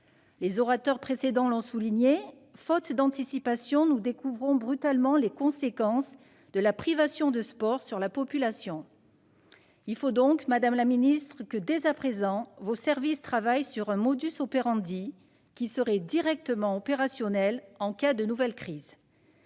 Les orateurs précédents l'ont souligné : faute d'anticipation, nous découvrons brutalement les conséquences de la privation de sport sur la population. Il faut donc, madame la ministre, que vos services travaillent dès à présent sur un qui serait directement efficient en cas de nouvelle crise.